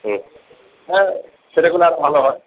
হুম হ্যাঁ সেটা করলে আরও ভালো হয়